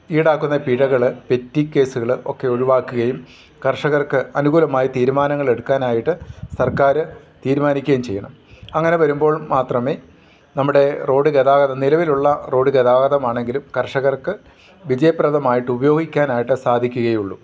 ഈടാക്കുന്ന പിഴകൾ പെറ്റി കേസുകൾ ഒക്കെ ഒഴിവാക്കുകയും കർഷകർക്ക് അനുകൂലമായി തീരുമാനങ്ങളെടുക്കാനായിട്ട് സർക്കാർ തീരുമാനിക്കുകയും ചെയ്യണം അങ്ങനെ വരുമ്പോൾ മാത്രമേ നമ്മുടെ റോഡ് ഗതാഗതം നിലവിലുള്ള റോഡ് ഗതാഗതമാണെങ്കിലും കർഷകർക്ക് വിജയപ്രദമായിട്ട് ഉപയോഗിക്കാനായിട്ട് സാധിക്കുകയുള്ളു